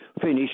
Finish